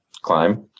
Climb